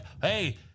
hey